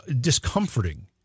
discomforting